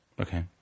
Okay